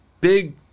big